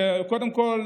קודם כול,